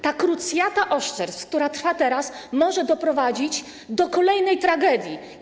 Ta krucjata oszczerstw, która trwa teraz, może doprowadzić do kolejnej tragedii.